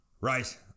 right